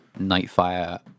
Nightfire